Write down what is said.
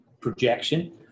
projection